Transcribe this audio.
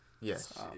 yes